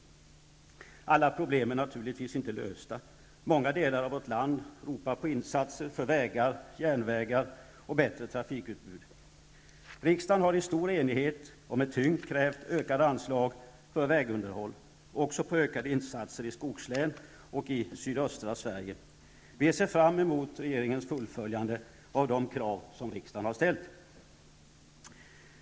Alla problem är naturligtvis inte lösta. Många delar av vårt land ropar på insatser för vägar, järnvägar och bättre trafikutbud. Riksdagen har i stor enighet och med tyngd krävt ökade anslag för vägunderhåll samt ökade insatser i skogslän och sydöstra Sverige. Vi ser fram emot regeringens fullföljande av de krav som riksdagen ställt.